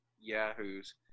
yahoos